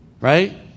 right